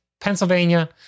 Pennsylvania